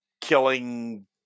killing